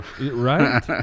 Right